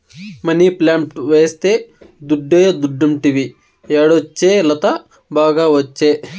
money plant వేస్తే దుడ్డే దుడ్డంటివి యాడొచ్చే లత, బాగా ఒచ్చే